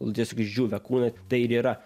nu tiesiog išdžiūvę kūną tai ir yra